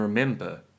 Remember